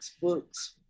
books